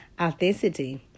authenticity